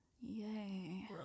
yay